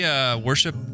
worship